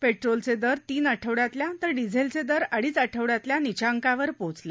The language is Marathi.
पेट्रोलचे दर तीन आठवड्यातल्या तर डिझेलचे दर अडीच आठवड्यातल्या नीचांकावर पोहचल्या